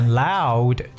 loud